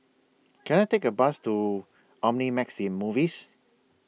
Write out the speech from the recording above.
Can I Take A Bus to Omnimax in Movies